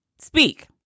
speak